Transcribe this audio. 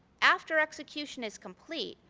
after execution is complete,